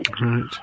right